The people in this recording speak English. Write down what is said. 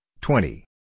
twenty